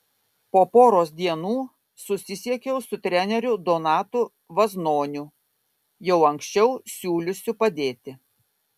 po poros dienų susisiekiau su treneriu donatu vaznoniu jau anksčiau siūliusiu padėti